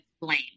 blame